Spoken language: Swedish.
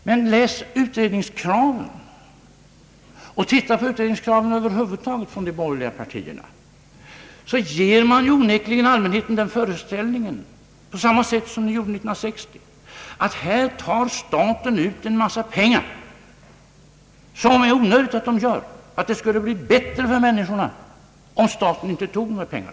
Men den som läser de borgerligas utredningskrav inges onekligen den föreställningen — liksom år 1960 — att staten genom skatter får in en mängd onödiga pengar. Det skulle vara bättre för människorna om staten inte tog in dessa pengar.